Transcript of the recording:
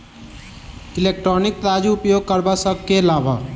Electronic तराजू उपयोग करबा सऽ केँ लाभ?